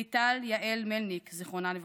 ליטל יעל מלניק, זיכרונה לברכה,